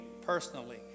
personally